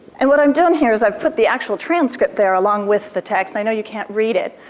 and what i'm doing here is i put the actual transcript there along with the text. i know you can't read it.